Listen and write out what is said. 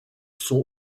sont